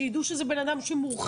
שידעו שזה בן אדם שמורחק,